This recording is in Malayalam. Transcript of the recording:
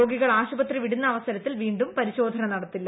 രോഗികൾ ആശുപത്രി വിടുന്ന അവസരത്തിൽ വീണ്ടും പരിശോധന നടത്തില്ല